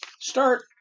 Start